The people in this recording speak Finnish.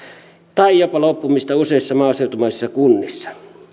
tai jopa loppumista useissa maaseutumaisissa kunnissa uber